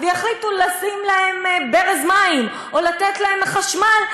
ויחליטו לשים להם ברז מים או לתת להם חשמל,